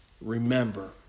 Remember